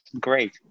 great